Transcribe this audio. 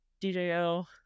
djo